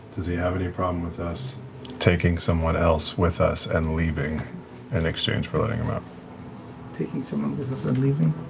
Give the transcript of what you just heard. does he have any problem with us taking someone else with us and leaving in exchange for letting him out? sam taking someone with us and leaving?